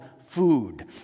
food